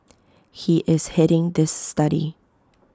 he is heading this study